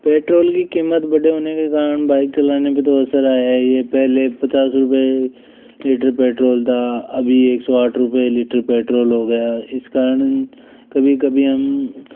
petrol की कीमत बढ़े होने के कारण बाइक चलाने पर तो असर आया ही है पहले पचास रुपए लीटर पेट्रोल था अभी एक सौ आठ रुपए लीटर पेट्रोल हो गया है इस कारण कभी कभी हम